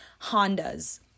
Hondas